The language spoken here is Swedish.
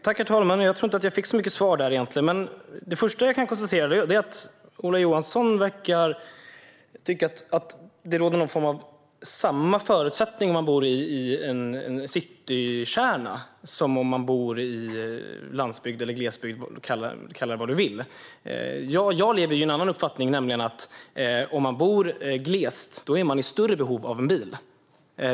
Herr talman! Jag tror inte att jag egentligen fick så mycket svar. Det första jag kan konstatera är att Ola Johansson verkar tycka att det på något sätt råder samma förutsättningar om man bor i en citykärna som om man bor på landsbygd eller i glesbygd - kalla det vad du vill. Jag har en annan uppfattning, nämligen att man, om man bor glest och till exempel har längre till sitt jobb, är i större behov av en bil.